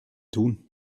tun